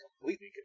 completely